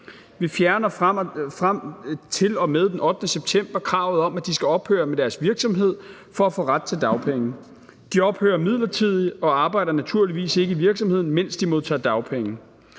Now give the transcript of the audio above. Vi fjerner frem til og med den 8. september kravet om, at de skal ophøre med deres virksomhed for at få ret til dagpenge. De ophører midlertidigt og arbejder ikke i virksomheden, mens de modtager dagpenge.